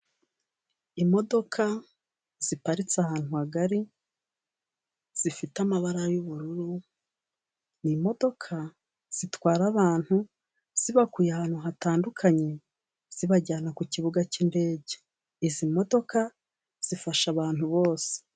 Imodoka ziparitse ahantu hagari zifite amabara y'ubururu, n'imodoka zitwara abantu zibakuye ahantu hatandukanye, zibajyana ku kibuga cy'indege izi modoka zifasha abantu bose.